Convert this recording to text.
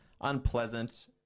unpleasant